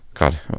God